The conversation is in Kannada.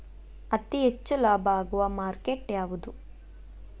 ಅತಿ ಹೆಚ್ಚು ಲಾಭ ಆಗುವ ಮಾರ್ಕೆಟ್ ಯಾವುದು?